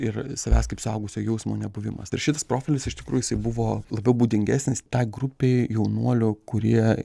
ir savęs kaip suaugusio jausmo nebuvimas ir šitas profilis iš tikrųjų buvo labiau būdingesnis tai grupei jaunuolių kurie